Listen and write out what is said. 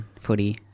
footy